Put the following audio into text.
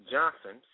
Johnson